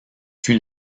fut